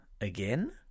again